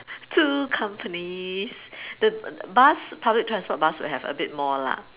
two companies the bus public transport bus would have a bit more lah